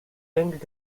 inked